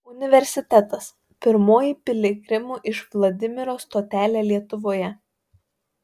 universitetas pirmoji piligrimų iš vladimiro stotelė lietuvoje